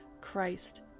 Christ